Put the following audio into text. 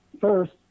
first